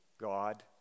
God